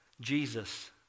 Jesus